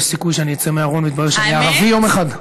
יש סיכוי שאני אצא מהארון ויתברר שאני ערבי יום אחד?